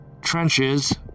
trenches